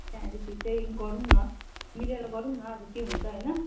त्यहाँदेखि चाहिँ गरौँ न मिलेर गरौँ न अब के हुन्छ होइन